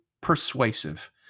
persuasive